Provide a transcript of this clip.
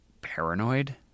paranoid